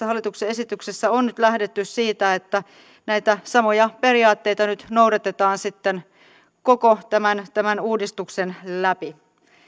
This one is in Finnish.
hallituksen eläkeuudistusesityksessä on nyt lähdetty siitä että näitä samoja periaatteita nyt noudatetaan sitten koko tämän tämän uudistuksen läpi